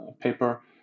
paper